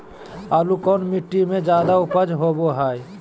आलू कौन मिट्टी में जादा ऊपज होबो हाय?